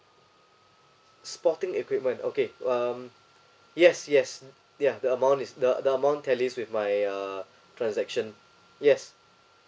sporting equipment okay um yes yes ya the amount is the the amount tallies with my uh transaction yes